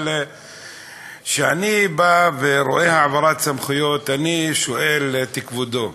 אבל כשאני רואה העברת סמכויות, אני שואל את כבודו: